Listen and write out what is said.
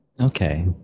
Okay